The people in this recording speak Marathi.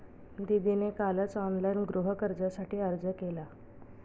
दीदीने कालच ऑनलाइन गृहकर्जासाठी अर्ज केला